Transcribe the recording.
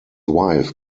wife